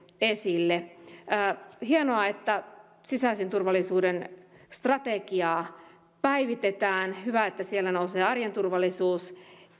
esille hienoa että sisäisen turvallisuuden strategiaa päivitetään hyvä että siellä nousee arjen turvallisuus